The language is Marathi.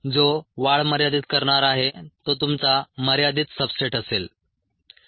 जो वाढ मर्यादित करणार आहे तो तुमचा मर्यादित सब्सट्रेट असेल